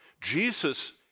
jesus